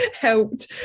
helped